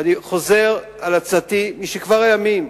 וחוזר על הצעתי משכבר הימים: